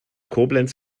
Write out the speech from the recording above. koblenz